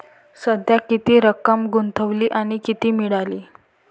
सध्या किती रक्कम गुंतवली आणि किती मिळाली